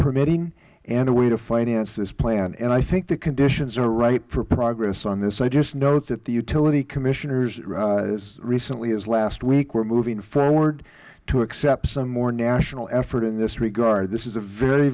permitting and a way to finance this plan i think the conditions are right for progress on this i just note that the utility commissioners as recently as last week were moving forward to accept some more national effort in this regard this is a very